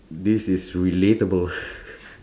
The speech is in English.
this is relatable